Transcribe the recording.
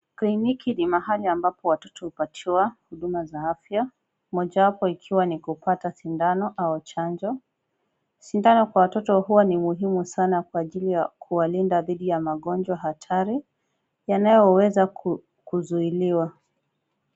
Kliniki ni mahali ambapo watoto hupatiwa huduma za afya, mojawapo ikiwa ni kupata sindano au chanjo. Sindano kwa watoto huwa ni muhimu sana kwa ajili ya kuwalinda dhidi ya magonjwa hatari yanayoweza kuzuiliwa.